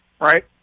right